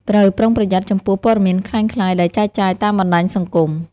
ត្រូវប្រុងប្រយ័ត្នចំពោះព័ត៌មានក្លែងក្លាយ ដែលចែកចាយតាមបណ្តាញសង្គម។